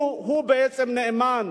הוא בעצם נאמן,